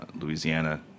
Louisiana